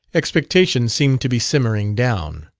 expectation seemed to be simmering down.